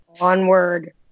onward